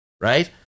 right